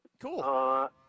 Cool